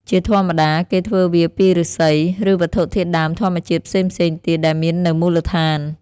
ជាធម្មតា គេធ្វើវាពីឫស្សី ឬវត្ថុធាតុដើមធម្មជាតិផ្សេងៗទៀតដែលមាននៅមូលដ្ឋាន។